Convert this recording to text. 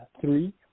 three